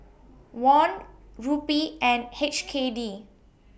Won Rupee and H K D